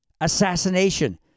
Assassination